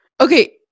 Okay